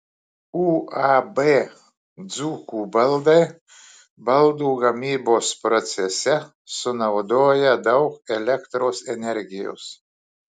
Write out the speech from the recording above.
uab dzūkų baldai baldų gamybos procese sunaudoja daug elektros energijos